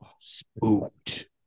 spooked